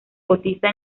cotiza